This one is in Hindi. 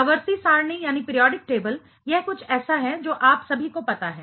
आवर्ती सारणी पीरियाडिक टेबल यह कुछ ऐसा है जो आप सभी को पता है